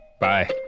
Bye